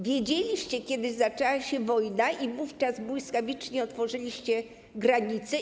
Wiedzieliście, kiedy zaczęła się wojna, i wówczas błyskawicznie otworzyliście granice.